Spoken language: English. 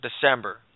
December